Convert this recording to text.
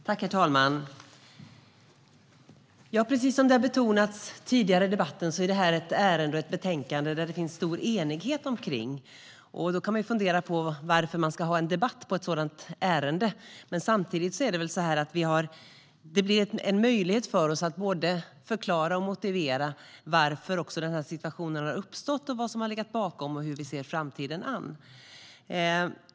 Herr talman! Precis som har betonats tidigare i debatten är detta ett ärende och ett betänkande där det råder stor enighet. Man kan ju fundera på varför man då ska ha en debatt om ett sådant ärende, men det blir en möjlighet för oss att både förklara och motivera varför situationen har uppstått, vad som har legat bakom den och hur vi ser på framtiden.